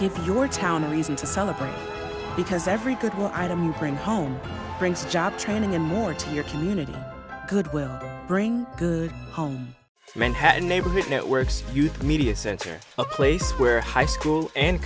keep your town a reason to celebrate because every good one item you bring home brings job training and more to your community good will bring good home meant had neighborhood networks youth media center a place where high school and